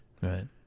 Right